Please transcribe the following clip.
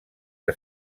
que